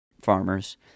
farmers